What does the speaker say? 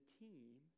team